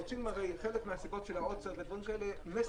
הרי חלק מהסיבות של העוצר, מסר.